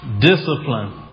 discipline